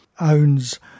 owns